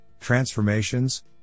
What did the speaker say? transformations